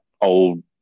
old